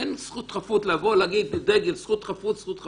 אין זכות חפות להגיד "זכות חפות, זכות חפות".